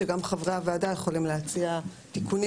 שגם חברי הוועדה יכולים להציע תיקונים